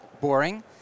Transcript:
boring